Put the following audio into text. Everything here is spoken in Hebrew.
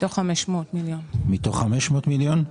500 מיליון בערך.